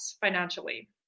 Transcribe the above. financially